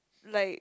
like